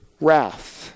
wrath